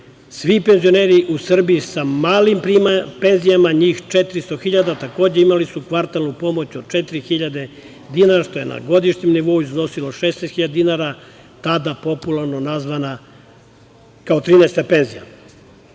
svi penzioneri u Srbiji sa malim penzijama, njih 400.000 takođe imali su kvartalnu pomoć od 4.000 dinara, što je na godišnjem nivou iznosilo 16.000 dinara, tada popularno nazvana kao 13. penzija. Dakle,